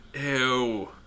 Ew